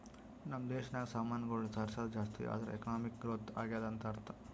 ನಮ್ ದೇಶನಾಗ್ ಸಾಮಾನ್ಗೊಳ್ ತರ್ಸದ್ ಜಾಸ್ತಿ ಆದೂರ್ ಎಕಾನಮಿಕ್ ಗ್ರೋಥ್ ಆಗ್ಯಾದ್ ಅಂತ್ ಅರ್ಥಾ